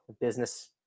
business